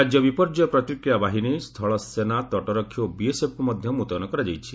ରାଜ୍ୟ ବିପର୍ଯ୍ୟୟ ପ୍ରତିକ୍ରିୟା ବାହିନୀ ସ୍ଥଳ ସେନା ତଟରକ୍ଷୀ ଓ ବିଏସ୍ଏଫ୍କୁ ମଧ୍ୟ ମୁତୟନ କରାଯାଇଛି